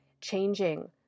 changing